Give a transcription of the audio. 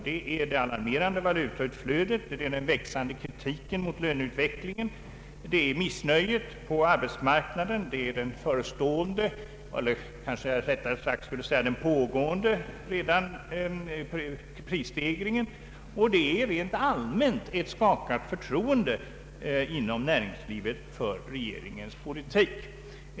Det är det alarmerande valutautflödet, den växande kritiken mot löneutvecklingen, missnöjet på arbetsmarknaden, den förestående eller kanske rättare sagt pågående Prisstegringen och ett rent allmänt skakat förtroende inom näringslivet för regeringens politik.